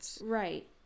Right